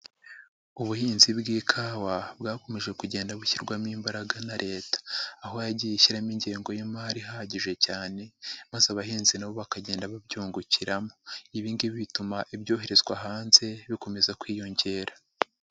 Ubuhinzi bw'ikawa bwakomeje kugenda bushyirwamo imbaraga na leta. Aho yagiye ishyiramo ingengo y'imari ihagije cyane maze abahinzi na bo bakagenda babyungukiramo. Ibi ngibi bituma ibyoherezwa hanze bikomeza kwiyongera.